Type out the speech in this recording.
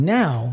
now